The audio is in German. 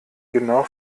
genau